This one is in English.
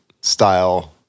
style